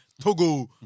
Togo